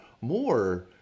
more –